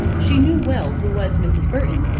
she knew well who was mrs. burton,